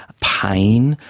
pain,